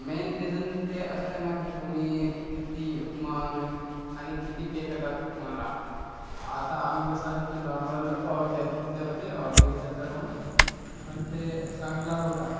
main reason ते असतं ना की तुम्ही किती मग आणि किती पे करतात फोनला आता आम्ही कसं आहे की नॉम्मल घेतले होते वीस हजारचा फोन पण ते चांगला होता